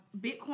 Bitcoin